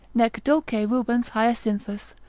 nec dulce rubens hyacinthus,